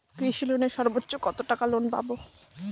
কৃষি লোনে সর্বোচ্চ কত টাকা লোন পাবো?